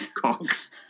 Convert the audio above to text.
cocks